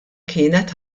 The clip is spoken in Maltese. kienet